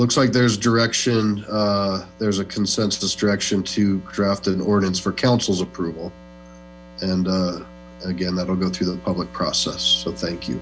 looks like there's direction there's a consensus direction to draft an ordinance for council's approval and again that'll go through the public process so thank you